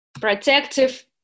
protective